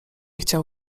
chciał